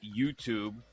YouTube